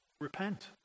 Repent